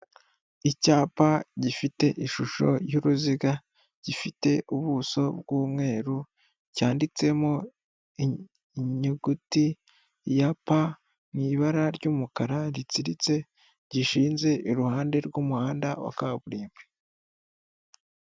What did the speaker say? Icyapa gifite ishusho y'uruziga gifite ubuso bw'umweru cyanditsemo inyuguti ya p m'ibara ry'umukara ritsiritse gishinze iruhande rw'umuhanda wa kaburimbo.